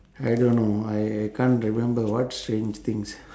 I don't know I can't remember what strange things